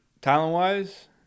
Talent-wise